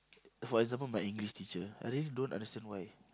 for example my English teacher I really don't understand why